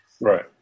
Right